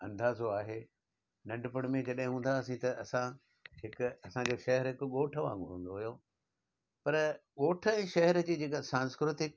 अंदाज़ो आहे नंढपण में जॾहिं हूंदासीं त असां हिकु असांजो शहरु हिकु ॻोठ वांगुरु हूंदो हुयो पर ॻोठ जी शहर जी जेका सांस्कृतिक